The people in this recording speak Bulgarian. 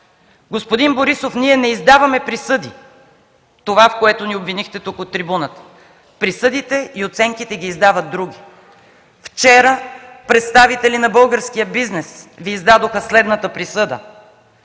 Господин Борисов, ние не издаваме присъди – това, в което ни обвинихте тук от трибуната. Присъдите и оценката ги издават други. Вчера представители на българския бизнес Ви издадоха следната присъда: